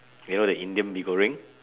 you know the indian mee goreng